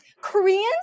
Koreans